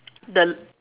the l~